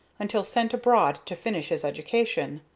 until sent abroad to finish his education.